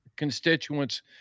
Constituents